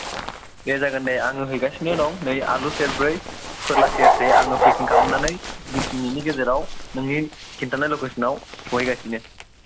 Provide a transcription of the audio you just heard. दे जागोन दे आङो हैगासिनो दङ नै आलु सेर ब्रै फोरला सेर से आङो पेकिंग खालामनानै नों बिस मिनिटनि गेजेराव नोंनि खिन्थानाइ ल'केसन आव सहैगासिनो